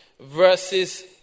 verses